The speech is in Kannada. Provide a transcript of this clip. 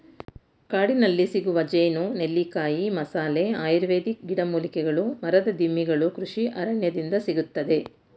ಕಾಡಿನಲ್ಲಿಸಿಗುವ ಜೇನು, ನೆಲ್ಲಿಕಾಯಿ, ಮಸಾಲೆ, ಆಯುರ್ವೇದಿಕ್ ಗಿಡಮೂಲಿಕೆಗಳು ಮರದ ದಿಮ್ಮಿಗಳು ಕೃಷಿ ಅರಣ್ಯದಿಂದ ಸಿಗುತ್ತದೆ